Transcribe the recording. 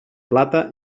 plata